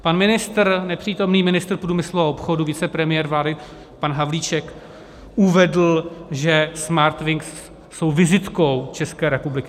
Pan ministr, nepřítomný ministr průmyslu a obchodu, vicepremiér vlády pan Havlíček uvedl, že Smartwings jsou vizitkou České republiky.